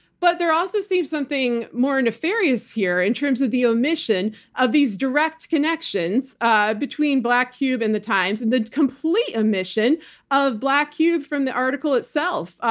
but there also seems something more nefarious here in terms of the omission of these direct connections ah between black cube and the times and the complete omission of black cube from the article itself,